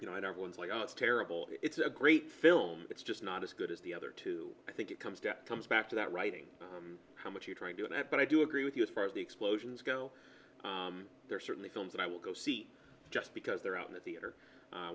you know i never was like oh it's terrible it's a great film it's just not as good as the other two i think it comes death comes back to that writing how much you try to do that but i do agree with you as far as the explosions go they're certainly films that i will go see just because they're out in the theater i